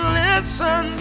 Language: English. listen